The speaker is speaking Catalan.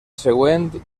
següent